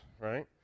right